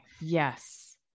Yes